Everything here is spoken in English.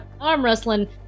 arm-wrestling